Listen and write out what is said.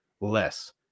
less